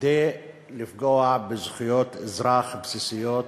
כדי לפגוע בזכויות אזרח בסיסיות,